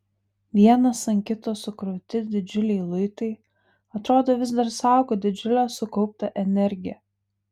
vienas ant kito sukrauti didžiuliai luitai atrodo vis dar saugo didžiulę sukauptą energiją